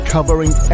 Covering